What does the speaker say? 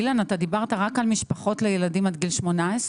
אילן, אתה דיברת רק על משפחות לילדים עד גיל 18?